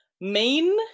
main